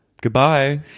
Goodbye